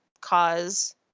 cause